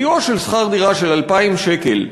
בסיוע לשכר דירה של 2,000 שקל,